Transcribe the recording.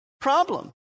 problem